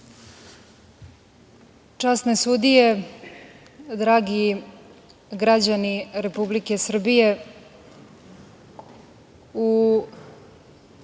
Časne sudije, dragi građani Republike Srbije,